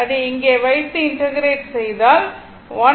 அதை இங்கே வைத்து இன்டகிரேட் செய்தால் 1